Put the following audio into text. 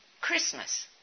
Christmas